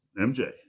MJ